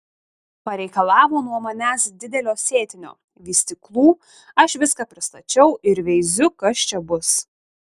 pareikalavo nuo manęs didelio sėtinio vystyklų aš viską pristačiau ir veiziu kas čia bus